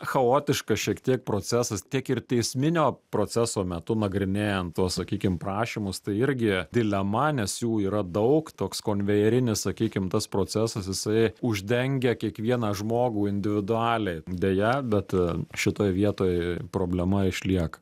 chaotiškas šiek tiek procesas tiek ir teisminio proceso metu nagrinėjant tuos sakykim prašymus tai irgi dilema nes jų yra daug toks konvejerinis sakykim tas procesas jisai uždengia kiekvieną žmogų individualiai deja bet šitoj vietoj problema išlieka